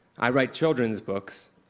i write children's books,